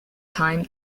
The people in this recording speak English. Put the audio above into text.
time